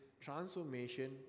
transformation